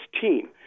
team